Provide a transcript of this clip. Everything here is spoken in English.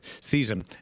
season